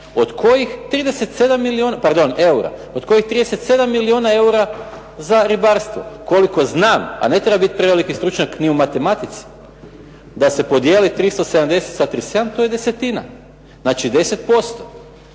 otprilike 373 milijuna eura, od koji 37 milijuna eura za ribarstvo. Koliko znam, a ne treba biti veliki stručnjak ni u matematici, da se podijeli 370 sa 37 to je desetina. Znači 10%.